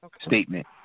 statement